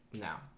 Now